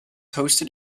hosted